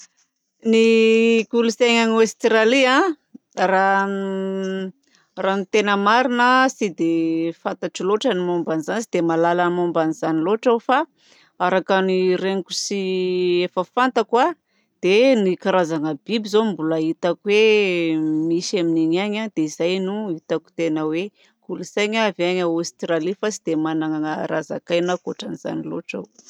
Ny kolontsaina any Australie raha ny tena marina tsy dia fantatro loatra ny momba an'izany tsy dia mahalala ny momba an'izany loatra aho fa araka ny regniko sy ny efa fantatro a dia ny karazana biby zao no mbola hitako hoe misy amin'iny any. Dia zay no hitako tena hoe kolontsaina avy any Australie fa tsy dia manana raha zakaina ankoatran'izany loatra aho.